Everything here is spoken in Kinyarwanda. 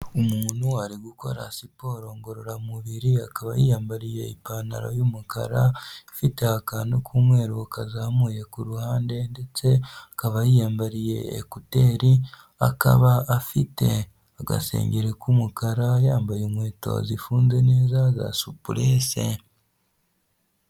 Umuntu ari gukora siporo ngororamubiri akaba yiyambariye ipantaro y'umukara ifite akantu k'umweru kazamuye ku ruhande ndetse akaba yiyambariye ekuteri, akaba afite agasengero k'umukara yambaye inkweto zifunze neza za supurese.